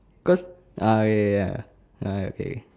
cause !aiya! ah okay